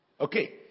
Okay